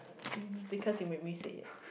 um because you made me say it